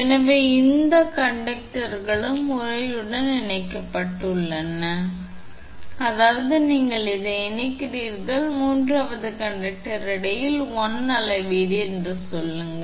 எனவே எந்த 2 கண்டக்டர்களும் உறையுடன் இணைக்கப்பட்டுள்ளன அதனால் அது இணைக்கப்பட்டுள்ளது இப்போது இந்த சேர்க்கைக்கும் மூன்றாவது நடத்துனருக்கும் இடையிலான கேப்பாசிட்டன்ஸ் அளவீடு அதாவது நீங்கள் இதை இணைக்கிறீர்கள் மூன்றாவது கண்டக்டருக்கு இடையில் இது 1 அளவீடு என்று சொல்லுங்கள்